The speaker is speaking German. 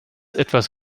etwas